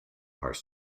are